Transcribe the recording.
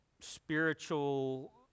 spiritual